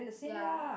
ya